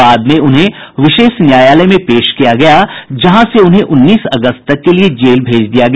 बाद में उन्हें विशेष न्यायालय में पेश किया गया जहां से उन्हें उन्नीस अगस्त तक के लिए जेल भेज दिया गया